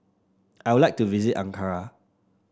I would like to visit Ankara